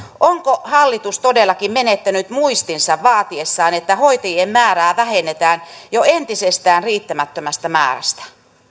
onko hallitus todellakin menettänyt muistinsa vaatiessaan että hoitajien määrää vähennetään jo entisestään riittämättömästä määrästä